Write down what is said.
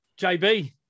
JB